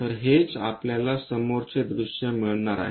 तर हेच आपल्याला समोरचे दृश्य मिळणार आहे